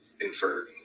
inferred